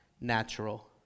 natural